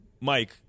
Mike